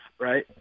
right